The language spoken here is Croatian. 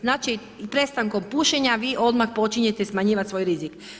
Znači prestankom pušenja vi odmah počinjete smanjivati svoj rizik.